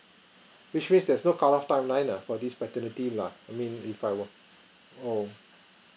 which means there is no cut of timeline uh for this paternity lah I mean if I were oh